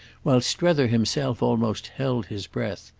while strether himself almost held his breath.